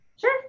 Sure